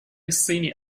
الصين